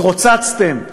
התרוצצתם,